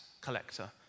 collector